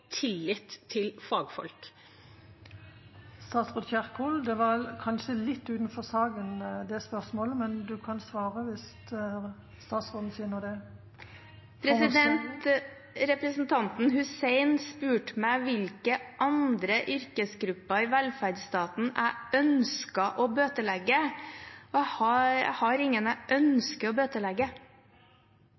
tillit til fagfolk. Spørsmålet var kanskje litt utenfor saken, men statsråden kan svare hvis hun finner det formålstjenlig. Representanten Hussein spurt meg hvilke andre yrkesgrupper i velferdsstaten jeg ønsker å bøtelegge. Jeg har ingen jeg ønsker å bøtelegge.